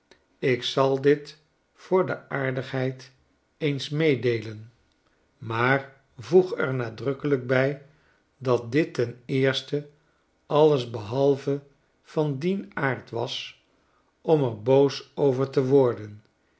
ik zal dit voor de aardigheid eens meedeelen maar voegernadrukkelijkbij dat dit ten eerste alles behalve van dien aard was om er boos over te worden